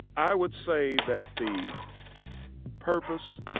i would say that the purpose